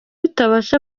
utabasha